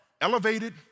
elevated